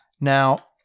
Now